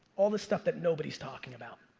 all the stuff that nobody's talking about.